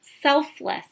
selfless